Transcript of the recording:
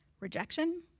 Rejection